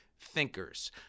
thinkers